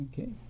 Okay